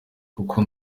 kuko